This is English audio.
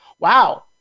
Wow